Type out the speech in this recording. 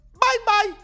bye-bye